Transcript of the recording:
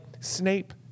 Snape